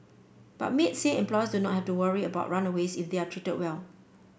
but maids say employers do not have to worry about runaways if they are treated well